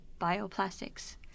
bioplastics